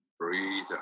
Breathe